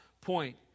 point